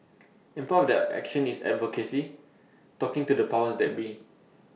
and part of that action is advocacy talking to the powers that be